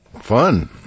Fun